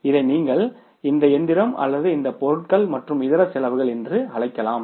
இதை நீங்கள் இந்த எந்திரம் அல்லது இந்த பொருட்கள் மற்றும் இதர செலவுகள் என்று அழைக்கலாம்